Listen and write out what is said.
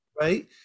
right